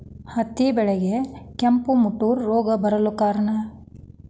ಹತ್ತಿ ಬೆಳೆಗೆ ಕೆಂಪು ಮುಟೂರು ರೋಗ ಬರಲು ಕಾರಣ?